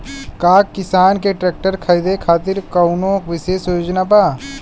का किसान के ट्रैक्टर खरीदें खातिर कउनों विशेष योजना बा?